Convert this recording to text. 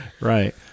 Right